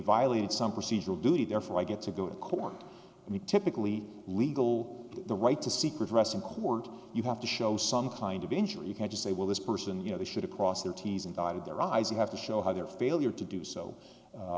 violated some procedural duty therefore i get to go to court i mean typically legal the right to seek redress in court you have to show some kind of injury you can't just say well this person you know they should cross their t s and dotted their eyes you have to show how their failure to do so